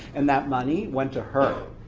and that money went to her.